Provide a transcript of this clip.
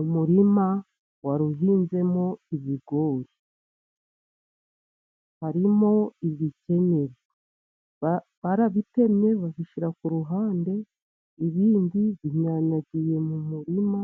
Umurima wari uhinzemo ibigori. Harimo ibikenyeri, barabitemye babishyira ku ruhande. Ibindi binyanyagiye mu murima.